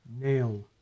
Nail